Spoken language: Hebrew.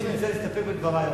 אני מציע להסתפק בדברי.